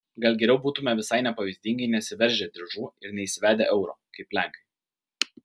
gal geriau būtumėme visai nepavyzdingai nesiveržę diržų ir neįsivedę euro kaip lenkai